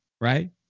right